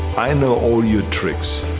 i know all your tricks,